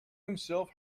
himself